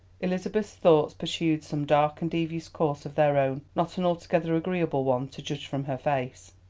elizabeth's thoughts pursued some dark and devious course of their own, not an altogether agreeable one to judge from her face.